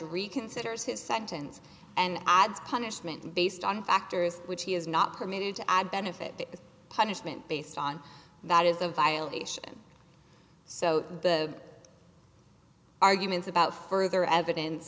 reconsider is his sentence and adds punishment based on factors which he is not permitted to add benefit the punishment based on that is a violation so the arguments about further evidence